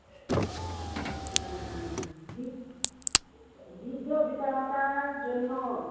বৃদ্ধ বৃদ্ধ পিতামাতার জন্য